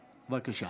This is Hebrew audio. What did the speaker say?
בבקשה.